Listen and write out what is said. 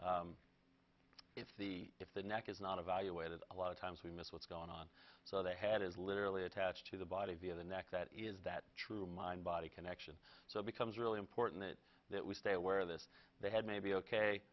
it's the if the neck is not evaluated a lot of times we miss what's going on so they had is literally attached to the body via the neck that is that true mind body connection so becomes really important that that we stay aware of this they had maybe ok